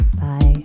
Bye